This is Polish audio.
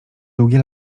długie